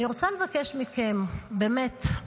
אני רוצה לבקש מכם, באמת: